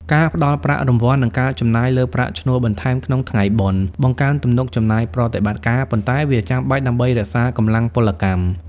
ការផ្តល់ប្រាក់រង្វាន់ និងការចំណាយលើប្រាក់ឈ្នួលបន្ថែមក្នុងថ្ងៃបុណ្យ បង្កើនបន្ទុកចំណាយប្រតិបត្តិការ ប៉ុន្តែវាចាំបាច់ដើម្បីរក្សាកម្លាំងពលកម្ម។